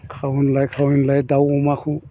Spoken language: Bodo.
खारनलाय खाहनलाय दाव अमाखौ